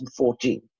2014